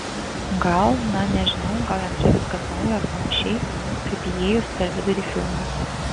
gal na nežinau gal jam čia viskas nauja ar panašiai kaip įėjus per vidurį filmo